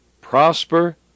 prosper